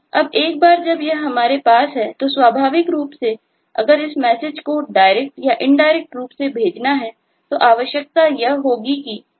अब एक बार जब यह हमारे पास है तो स्वाभाविक रूप से अगर इस मैसेज को प्रत्यक्ष डायरेक्ट होना चाहिए